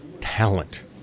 talent